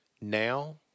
now